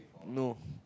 no